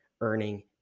earning